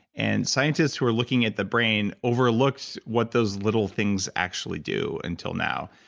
and scientists who were looking at the brain overlooked what those little things actually do, until now.